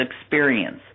experience